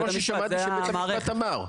אבל זה מה ששמעתי שבית המשפט אמר.